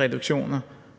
reduktioner